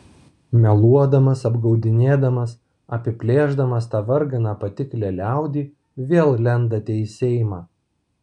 meluodamas apgaudinėdamas apiplėšdamas tą varganą patiklią liaudį vėl lendate į seimą